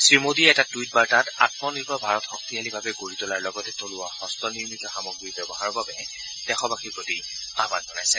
শ্ৰীমোদীয়ে এটা টুইট বাৰ্তাত আম্ম নিৰ্ভৰ ভাৰত শক্তিশালীভাৱে গঢ়ি তোলাৰ লগতে থলুৱা হস্ত নিৰ্মিত সামগ্ৰী ব্যৱহাৰৰ বাবে দেশবাসীৰ প্ৰতি আহ্মন জনাইছে